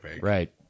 Right